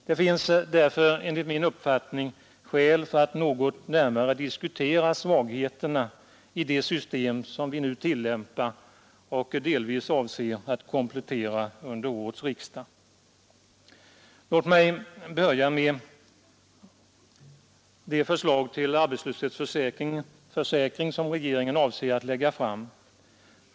Det finns därför, enligt min uppfattning, anledning att något närmare diskutera svagheterna i det system som vi nu tillämpar och delvis avser att komplettera under årets riksdag. Jag vill börja med det förslag till arbetslöshetsförsäkring som regeringen avser att lägga fram.